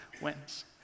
wins